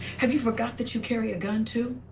have you forgot that you carry a gun too?